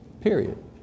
Period